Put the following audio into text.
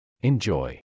enjoy